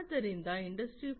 ಆದ್ದರಿಂದ ಇಂಡಸ್ಟ್ರಿ 4